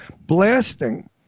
blasting